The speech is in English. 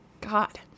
God